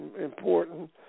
important